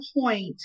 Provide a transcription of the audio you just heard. point